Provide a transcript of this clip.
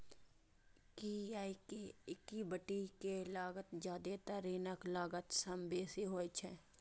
कियैकि इक्विटी के लागत जादेतर ऋणक लागत सं बेसी होइ छै